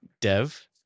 Dev